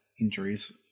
injuries